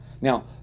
Now